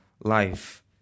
life